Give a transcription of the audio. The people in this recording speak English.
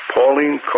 Pauline